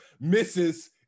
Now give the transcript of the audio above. misses